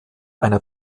einer